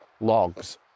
logs